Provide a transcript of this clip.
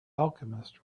alchemist